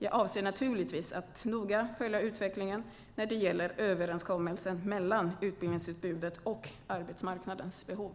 Jag avser naturligtvis att noga följa utvecklingen när det gäller överensstämmelsen mellan utbildningsutbudet och arbetsmarknadens behov.